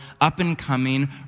up-and-coming